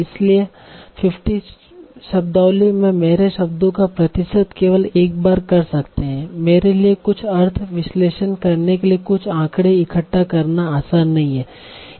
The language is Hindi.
इसलिए 50 शब्दावली में मेरे शब्दों का प्रतिशत केवल एक बार कर सकते हैं मेरे लिए कुछ अर्थ विश्लेषण करने के लिए कुछ आंकड़े इकट्ठा करना आसान नहीं है